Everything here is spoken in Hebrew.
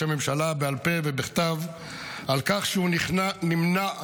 הממשלה בעל פה ובכתב על כך שהוא נמנע,